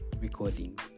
recording